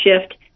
shift